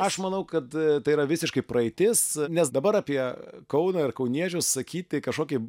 aš manau kad tai yra visiškai praeitis nes dabar apie kauną ir kauniečių sakyti kažkokį